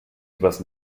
übers